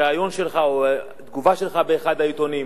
ריאיון שלך או תגובה שלך באחד העיתונים.